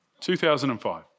2005